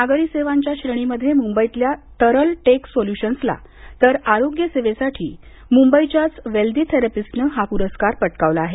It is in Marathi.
नागरी सेवांच्या श्रेणीमध्ये मुंबईतल्या तरल टेक सोल्यूशन्सला तर आरोग्य सेवेसाठी मुंबईच्याच वेल्दी थेरपीस्टनं हा पुरस्कार पटकावला आहे